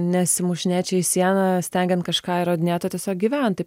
nesimušinėt čia į sieną stengiant kažką įrodinėt o tiesiog gyvent